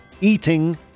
eating